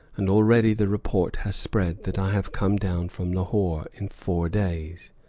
and already the report has spread that i have come down from lahore in four days!